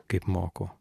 kaip moko